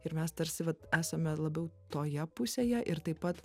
ir mes tarsi vat esame labiau toje pusėje ir taip pat